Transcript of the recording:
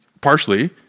partially